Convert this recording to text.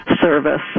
service